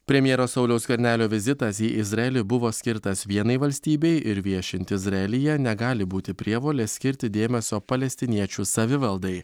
premjero sauliaus skvernelio vizitas į izraelį buvo skirtas vienai valstybei ir viešint izraelyje negali būti prievolės skirti dėmesio palestiniečių savivaldai